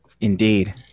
Indeed